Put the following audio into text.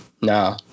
no